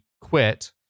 quit